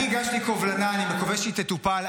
אני הגשתי קובלנה, אני מקווה שהיא תטופל.